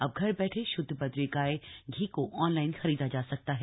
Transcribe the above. अब घर बैठे श्द्ध बद्री गाय घी को ऑनलाइन खरीदा जा सकता है